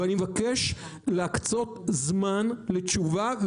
ואני מבקש להקצות זמן לתשובה.